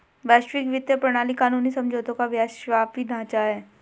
वैश्विक वित्तीय प्रणाली कानूनी समझौतों का विश्वव्यापी ढांचा है